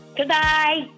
Goodbye